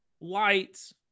lights